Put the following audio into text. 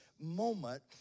Moment